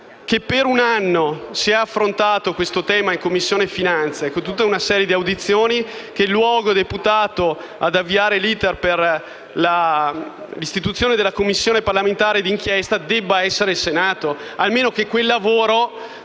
per un anno si è affrontato questo tema in Commissione finanze, con tutta una serie di audizioni, il luogo deputato ad avviare l'*iter* per l'istituzione della Commissione parlamentare di inchiesta debba essere il Senato, a meno che quel lavoro